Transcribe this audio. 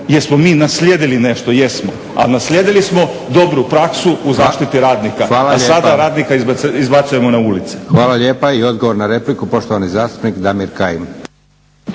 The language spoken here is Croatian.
jesmo mi naslijedili nešto, jesmo, a naslijedili smo dobru praksu u zaštiti radnika, a sada radnika izbacujemo na ulicu. **Leko, Josip (SDP)** Hvala lijepa. Odgovor na repliku, poštovani zastupnik Damir Kajin.